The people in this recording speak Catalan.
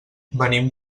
venim